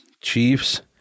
Chiefs